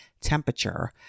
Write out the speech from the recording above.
temperature